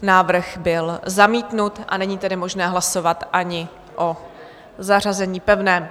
Návrh byl zamítnut, a není tedy možné hlasovat ani o zařazení pevném.